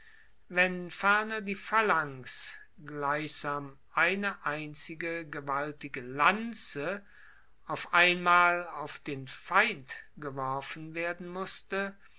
wenn ferner die phalanx gleichsam eine einzige gewaltige lanze auf einmal auf den feind geworfen werden musste